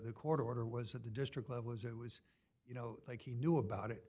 court order was at the district level as it was you know like he knew about it